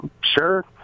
Sure